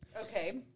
Okay